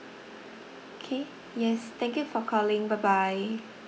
K yes thank you for calling bye bye